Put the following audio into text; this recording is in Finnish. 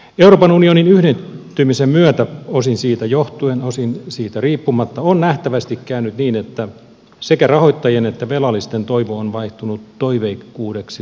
euroopan unionin yhdentymisen myötä osin siitä johtuen osin siitä riippumatta on nähtävästi käynyt niin että sekä rahoittajien että velallisten toivo on vaihtunut toiveikkuudeksi liian usein